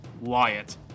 Wyatt